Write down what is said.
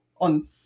on